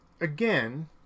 Again